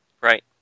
Right